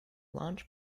launch